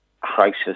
crisis